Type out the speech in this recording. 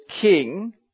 King